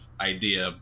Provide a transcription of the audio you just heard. idea